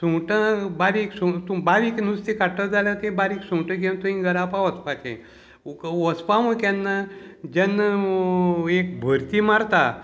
सुंगटां बारीक सुंग बारीक नुस्तें काडटा जाल्यार तें बारीक सुंगटां घेवन तुयें गरावपा वचपाचें वचपा म्हूण केन्ना जेन्ना एक भरती मारता